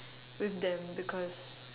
with them because